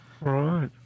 Right